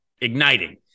igniting